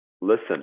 listen